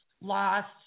lost